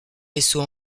vaisseau